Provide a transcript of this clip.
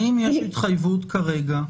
האם יש התחייבות כרגע --- רגע,